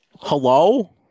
Hello